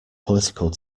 political